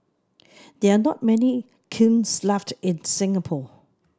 there are not many kilns left in Singapore